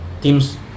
teams